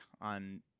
on